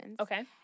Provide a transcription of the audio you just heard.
Okay